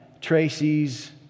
tracy's